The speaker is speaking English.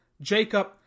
Jacob